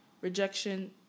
rejection